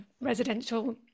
residential